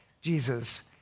Jesus